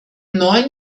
neuen